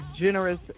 generous